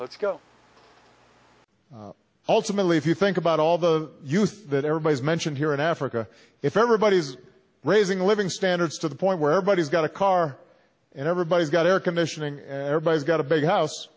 let's go ultimately if you think about all the youth that everybody's mentioned here in africa if everybody is raising living standards to the point where but he's got a car and everybody's got air conditioning and everybody's got a big house